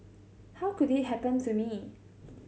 how could it happen to me